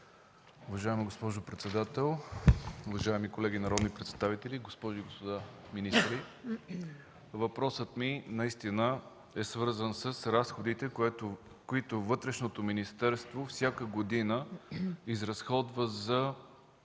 Уважаема госпожо председател, уважаеми колеги народни представители, госпожи и господа министри! Въпросът ми наистина е свързан с разходите, които Вътрешното министерство всяка година изразходва за